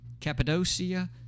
cappadocia